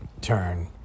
turn